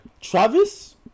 Travis